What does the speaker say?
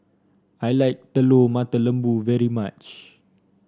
I like Telur Mata Lembu very much